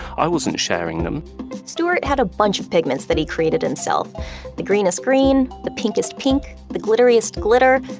i wasn't sharing them stuart had a bunch of pigments that he created himself the greenest green, the pinkest pink, the glitteriest glitter.